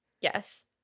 Yes